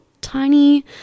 tiny